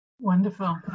Wonderful